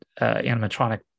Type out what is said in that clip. animatronic